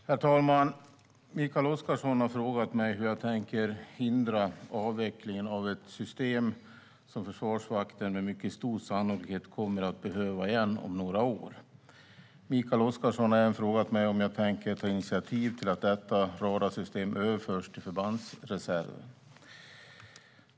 Herr talman! Mikael Oscarsson har frågat mig hur jag tänker hindra avvecklingen av ett system som Försvarsmakten med mycket stor sannolikhet kommer att behöva igen inom några år. Mikael Oscarsson har även frågat mig om jag tänker ta initiativ till att detta radarsystem överförs till förbandsreserven.